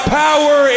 power